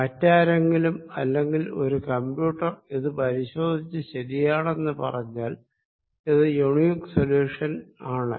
മറ്റാരെങ്കിലും അല്ലെങ്കിൽ ഒരു കമ്പ്യൂട്ടർ ഇത് പരിശോധിച്ച് ശരിയാണെന്ന് പറഞ്ഞാൽ ഇത് യൂണിക് സൊല്യൂഷൻ ആണ്